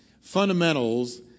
fundamentals